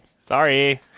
Sorry